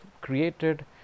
created